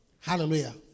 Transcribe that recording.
Hallelujah